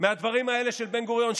מהדברים האלה של בן-גוריון,